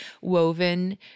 woven